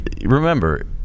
remember